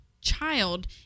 child